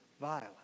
violent